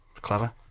Clever